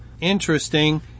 interesting